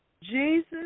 Jesus